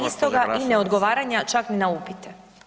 istoga i ne odgovaranja čak ni na upite.